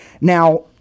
now